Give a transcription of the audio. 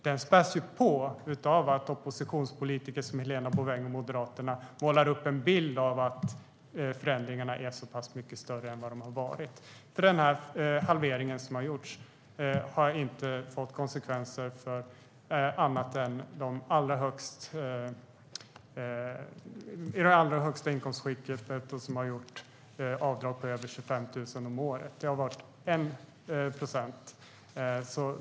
Den späs också på genom att oppositionspolitiker som Helena Bouveng från Moderaterna målar upp en bild av att förändringarna är så pass mycket större än de har varit. Den halvering som har gjorts har inte fått några konsekvenser annat än i det allra högsta inkomstskiktet och för dem som har gjort avdrag på över 25 000 kronor om året. Det är 1 procent.